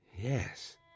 Yes